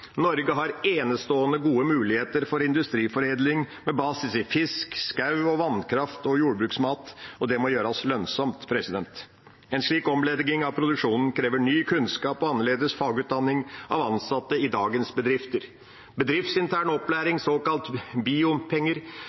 Norge har enestående gode muligheter for industriforedling med basis i fisk, skog, vannkraft og jordbruksmat, og det må gjøres lønnsomt. En slik omlegging av produksjonen krever ny kunnskap og annerledes fagutdanning av ansatte i dagens bedrifter. Bedriftsintern opplæring,